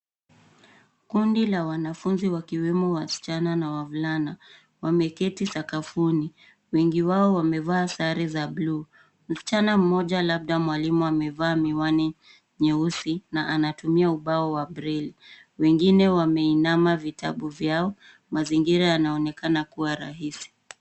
Kundi la wanafunzi wakiwemo wasichana na wavulana wameketi sakafuni wengi wao wamevaa sare za blue . Msichana mmoja labda mwalimu amevaa miwani nyeusi na anatumia ubao wa breille . Wengine wameinama vitabu vyao, mazingira yanaonekana kuwa rahisi.